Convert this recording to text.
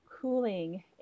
cooling